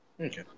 Okay